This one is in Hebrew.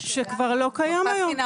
שכבר לא קיים היום.